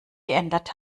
geändert